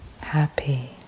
happy